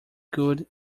could